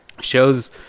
shows